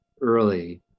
early